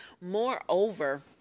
moreover